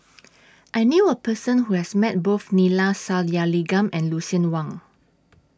I knew A Person Who has Met Both Neila Sathyalingam and Lucien Wang